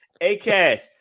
A-Cash